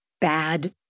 bad